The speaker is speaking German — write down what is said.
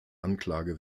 anklage